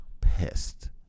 pissed